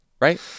Right